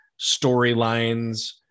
storylines